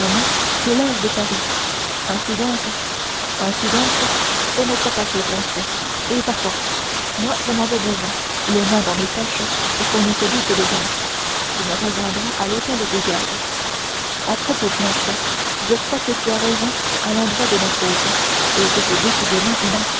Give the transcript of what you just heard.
que l'air de paris ainsi donc ainsi donc fais notre paquet planchet et partons moi je m'en vais devant les mains dans mes poches pour qu'on ne se doute de rien tu me rejoindras à l'hôtel des gardes à propos planchet je crois que tu as raison à l'endroit de notre hôte et que c'est décidément une